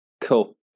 cool